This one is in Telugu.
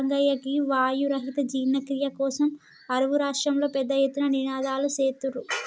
రంగయ్య గీ వాయు రహిత జీర్ణ క్రియ కోసం అరువు రాష్ట్రంలో పెద్ద ఎత్తున నినాదలు సేత్తుర్రు